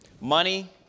Money